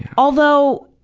although,